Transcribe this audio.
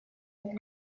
but